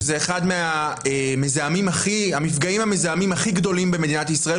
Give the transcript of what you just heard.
שזה אחד המפגעים המזהמים הכי גדולים במדינת ישראל,